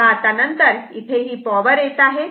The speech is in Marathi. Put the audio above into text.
तेव्हा आता नंतर इथे हि पॉवर येत आहे